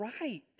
right